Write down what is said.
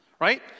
Right